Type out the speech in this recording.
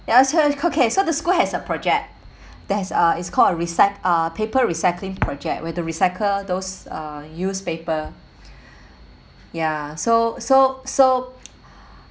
okay so the school has a project that has uh it's called recy~ uh paper recycling project we have to recycle those uh newspaper ya so so so